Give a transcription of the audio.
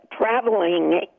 traveling